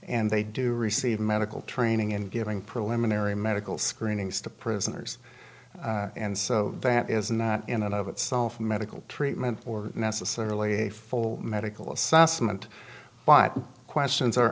and they do receive medical training in giving preliminary medical screenings to prisoners and so that is not in and of itself medical treatment or necessarily a full medical assessment but questions